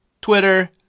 Twitter